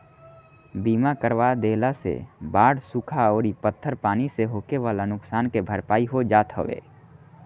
बीमा करवा देहला से बाढ़ सुखा अउरी पत्थर पानी से होखेवाला नुकसान के भरपाई हो जात हवे